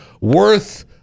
worth